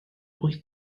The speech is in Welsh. wyth